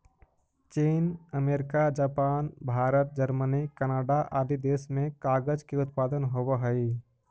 चीन, America, Japan, Bharat, Germany, Canada आदि देश में कागज के उत्पादन होवऽ हई